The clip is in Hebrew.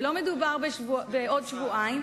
ולא מדובר בעוד שבועיים,